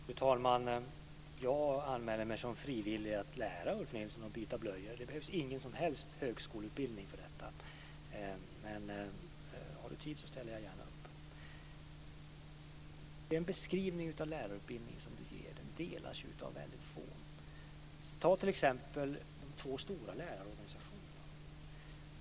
Fru talman! Jag anmäler mig som frivillig när det gäller att lära Ulf Nilsson att byta blöjor. Det behövs ingen som helst högskoleutbildning för detta. Har han tid ställer jag gärna upp. Den beskrivning av lärarutbildningen som Ulf Nilsson ger delas av väldigt få. Ta t.ex. de två stora lärarorganisationerna.